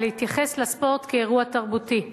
ולהתייחס לספורט כאל אירוע תרבותי.